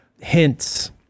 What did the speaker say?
hints